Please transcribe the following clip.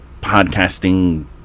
podcasting